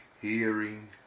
hearing